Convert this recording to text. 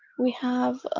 we have.